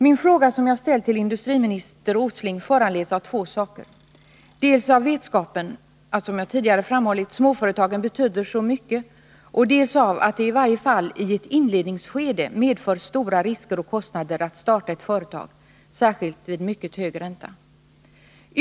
Den fråga jag ställt till industriminister Åsling föranleds av två ting: dels av vetskapen om att, som jag tidigare framhållit, småföretagen betyder så mycket, dels av kännedomen om att det i varje fall i ett inledningsskede medför stora risker och kostnader att starta ett företag, särskilt vid mycket hög ränta.